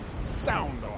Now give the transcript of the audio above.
Sound